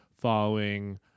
following